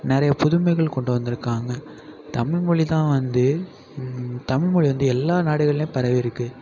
நிறைய புதுமைகள் கொண்டு வந்திருக்காங்க தமிழ் மொழி தான் வந்து தமிழ் மொழி வந்து எல்லா நாடுகள்லேயும் பரவியிருக்கு